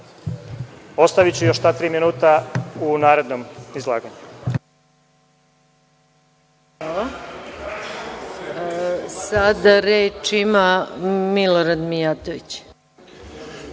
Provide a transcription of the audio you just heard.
zemlje. Ostaviću još ta tri minuta u narednom izlaganju.